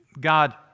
God